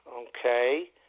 Okay